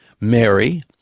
Mary